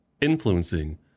influencing